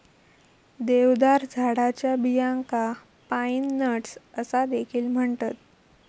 देवदार झाडाच्या बियांका पाईन नट्स असा देखील म्हणतत